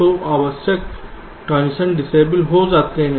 तो अनावश्यक transition disable हो जाते हैं